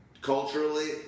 culturally